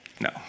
No